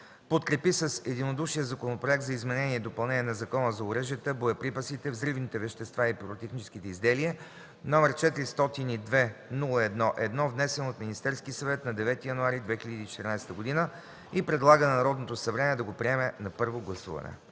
подкрепи с единодушие Законопроект за изменение и допълнение на Закона за оръжията, боеприпасите, взривните вещества и пиротехническите изделия № 402-01-1, внесен от Министерския съвет на 9 януари 2014 г., и предлага на Народното събрание да го приеме на първо гласуване.”